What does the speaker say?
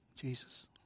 Jesus